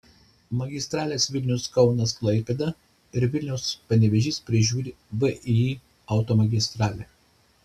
magistrales vilnius kaunas klaipėda ir vilnius panevėžys prižiūri vį automagistralė